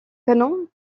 canon